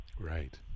Right